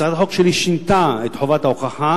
הצעת החוק שלי שינתה את חובת ההוכחה,